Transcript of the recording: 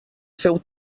féu